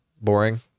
boring